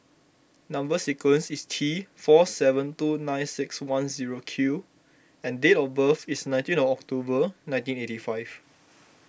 Number Sequence is T four seven two nine six one zero Q and date of birth is nineteen of October nineteen eighty five